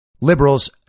liberals